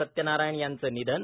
सत्यनारायन यांचं निधन